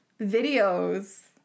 Videos